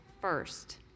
first